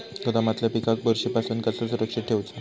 गोदामातल्या पिकाक बुरशी पासून कसा सुरक्षित ठेऊचा?